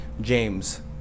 James